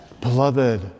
Beloved